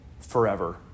forever